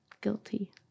Guilty